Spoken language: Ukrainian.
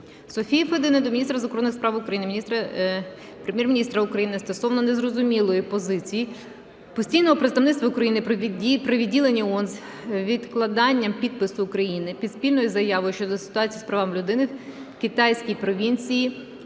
Софії Федини до міністра закордонних справ України, Прем'єр-міністра України стосовно незрозумілої позиції Постійного представництва України при відділенні ООН з відкликанням підпису України під спільною заявою щодо ситуації з правами людини в китайській провінції